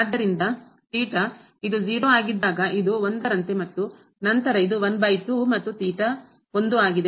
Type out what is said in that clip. ಆದ್ದರಿಂದ ಇದು 0 ಆಗಿದ್ದಾಗ ಇದು 1 ರಂತೆ ಮತ್ತು ನಂತರ ಇದು ಮತ್ತು 1 ಆಗಿದೆ